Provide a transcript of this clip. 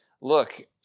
look